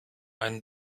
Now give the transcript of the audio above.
einen